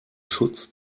schutz